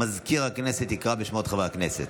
מזכיר הכנסת יקרא בשמות חברי הכנסת.